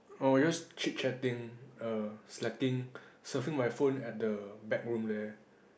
I'll use chit chatting err selecting surfing my phone at the back room there